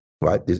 right